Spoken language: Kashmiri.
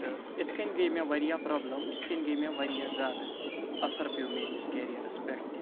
تہٕ اِتھ کٔنۍ گٔے مےٚ وارِیاہ پرٛابلِم اِتھ کٔنۍ گٔے مےٚ وارِیاہ زیادٕ اَثر پیٚو میٲنِس کیریرَس پٮ۪ٹھ تہِ